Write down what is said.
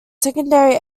secondary